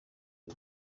y’u